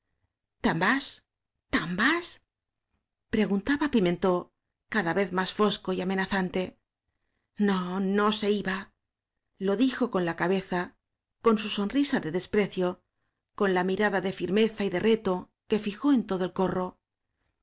ten vas preguntaba pimentó cada vez más fosco y amenazante no no se iba lo dijo con la cabeza con su sonrisa de desprecio con la mirada de fir meza y de reto que fijó en todo el corro